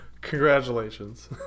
Congratulations